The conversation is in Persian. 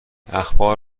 اخبار